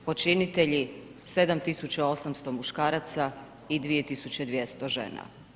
Počinitelji 7800 muškaraca i 2200 žena.